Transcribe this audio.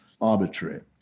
Arbitrary